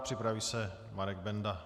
Připraví se Marek Benda.